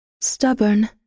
Stubborn